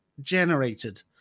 generated